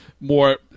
more